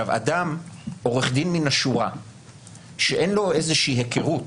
עורך דין מן השורה שאין לו איזושהי הכרות